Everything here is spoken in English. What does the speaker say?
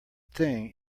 thing